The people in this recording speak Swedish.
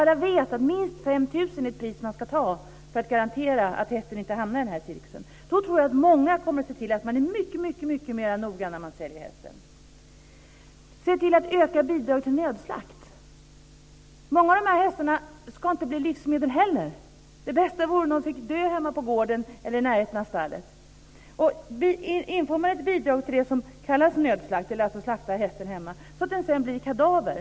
Alla ska veta att minst 5 000 kr är ett pris som de ska ta för att garantera att hästen inte hamnar i cirkusen. Då tror jag att många är mycket mer noga när de säljer hästen. Se till att öka bidragen till nödslakt. Många av dessa hästar ska inte heller bli livsmedel. Det bästa vore om de fick dö hemma på gården eller i närheten av stallet. Man kan införa ett bidrag till det som kallas nödslakt eller för att slakta hästen hemma så att den sedan blir kadaver.